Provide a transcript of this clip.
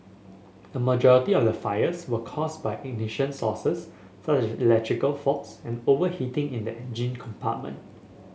a majority of the fires were caused by ignition sources such as electrical faults and overheating in the engine compartment